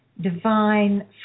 divine